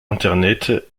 internet